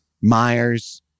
Myers